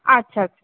আচ্ছা আচ্ছা